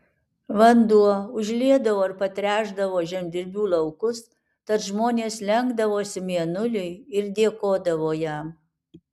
vanduo užliedavo ir patręšdavo žemdirbių laukus tad žmonės lenkdavosi mėnuliui ir dėkodavo jam